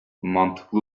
mantıklı